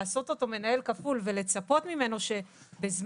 לעשות אותו מנהל כפול ולצפות ממנו שבזמן